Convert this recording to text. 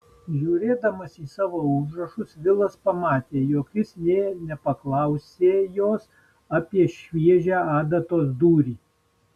žiūrėdamas į savo užrašus vilas pamatė jog jis nė nepaklausė jos apie šviežią adatos dūrį